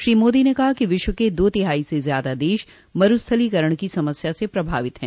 श्री मोदी ने कहा कि विश्व के दो तिहाई से ज्यादा देश मरूस्थलीकरण की समस्या से प्रभावित हैं